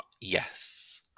Yes